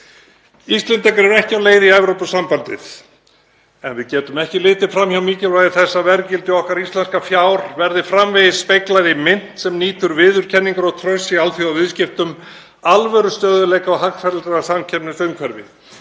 Íslendingar eru ekki á leið í Evrópusambandið en við getum ekki litið fram hjá mikilvægi þess að verðgildi okkar íslenska fjár verði framvegis speglað í mynt sem nýtur viðurkenningar og trausts í alþjóðaviðskiptum, alvörustöðugleika og hagfelldara samkeppnisumhverfis.